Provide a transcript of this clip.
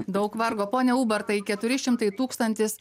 daug vargo pone ubartai keturi šimtai tūkstantis